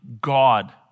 God